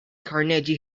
carnegie